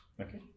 Okay